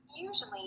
Usually